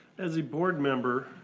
as a board member,